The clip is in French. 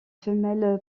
femelle